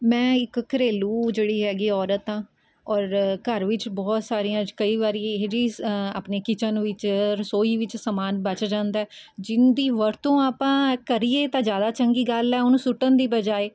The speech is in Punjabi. ਮੈਂ ਇੱਕ ਘਰੇਲੂ ਜਿਹੜੀ ਹੈਗੀ ਔਰਤ ਹਾਂ ਔਰ ਘਰ ਵਿੱਚ ਬਹੁਤ ਸਾਰੀਆਂ ਕਈ ਵਾਰੀ ਇਹੋ ਜਿਹੀ ਆਪਣੀ ਕਿਚਨ ਵਿੱਚ ਰਸੋਈ ਵਿੱਚ ਸਮਾਨ ਬਚ ਜਾਂਦਾ ਜਿਨ੍ਹਾਂ ਦੀ ਵਰਤੋਂ ਆਪਾਂ ਕਰੀਏ ਤਾਂ ਜ਼ਿਆਦਾ ਚੰਗੀ ਗੱਲ ਹੈ ਉਹਨੂੰ ਸੁੱਟਣ ਦੀ ਬਜਾਏ